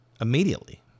immediately